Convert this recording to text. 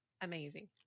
amazing